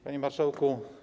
Panie Marszałku!